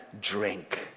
drink